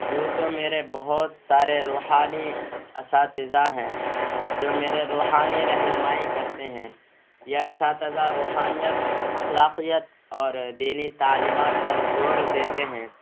یوں تو میرے بہت سارے روحانی اساتذہ ہیں جو میرے روحانی رہنمائی کرتے ہیں یہ اساتذہ روحانیت اخلاقیت اور دینی تعلیمات پر زور دیتے ہیں